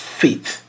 faith